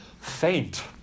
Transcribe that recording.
faint